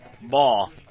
ball